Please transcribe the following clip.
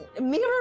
mirror